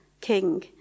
King